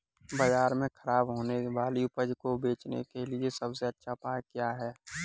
बाजार में खराब होने वाली उपज को बेचने के लिए सबसे अच्छा उपाय क्या है?